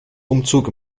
umzug